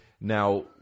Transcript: Now